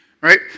right